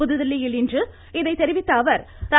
புதுடெல்லியில் இன்று இதை தெரிவித்த அவர் ர